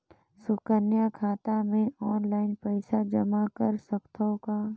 सुकन्या खाता मे ऑनलाइन पईसा जमा कर सकथव का?